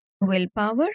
willpower